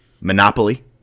Monopoly